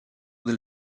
del